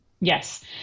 Yes